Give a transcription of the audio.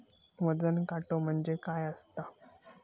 वजन काटो म्हणजे काय असता?